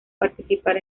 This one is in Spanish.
participar